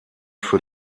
für